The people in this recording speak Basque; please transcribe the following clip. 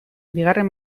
bigarren